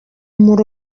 muri